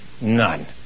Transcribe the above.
None